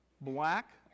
black